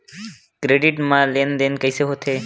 Credit मा लेन देन कइसे होथे?